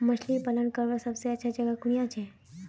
मछली पालन करवार सबसे अच्छा जगह कुनियाँ छे?